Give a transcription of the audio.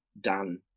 done